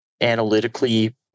analytically